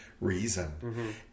reason